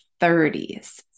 30s